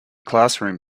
classroom